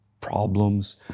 problems